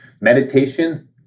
Meditation